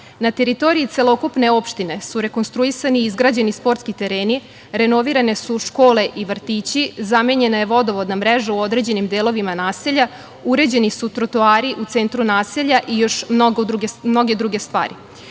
teritoriji celokupne opštine su rekonstruisani i izgrađeni sportski tereni, renovirane su škole i vrtići, zamenjena je vodovodna mreža u određenim delovima naselja, uređeni su trotoari u centru naselja i još mnoge druge stvari. Zbog